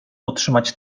otrzymać